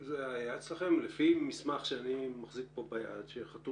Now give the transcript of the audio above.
אז שמישהו יתחיל להסתכל באמת על